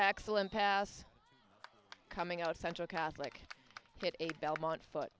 excellent pass coming out central catholic get eight belmont foot